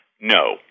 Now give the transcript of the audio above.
No